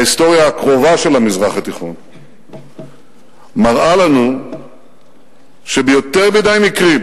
ההיסטוריה הקרובה של המזרח התיכון מראה לנו שביותר מדי מקרים,